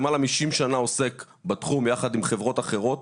כארגון שלמעלה מ-60 שנה עוסק בתחום ביחד עם חברות אחרות,